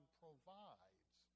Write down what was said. provides